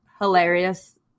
hilarious